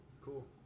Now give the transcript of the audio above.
cool